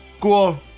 Cool